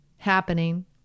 happening